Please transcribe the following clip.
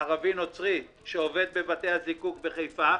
ערבי נוצרי שעובד בבתי הזיקוק בחיפה,